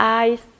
eyes